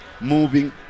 moving